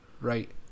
right